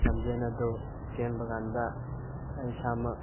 ꯂꯝꯖꯦꯜ ꯑꯗꯨ ꯆꯦꯟꯕꯀꯥꯟꯗ ꯑꯩ ꯏꯁꯥꯃꯛ